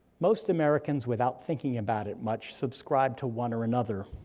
most americans, without thinking about it much, subscribe to one or another.